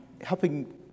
helping